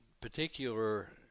particular